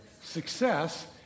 Success